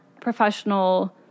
professional